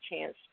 chance